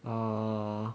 err